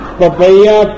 papaya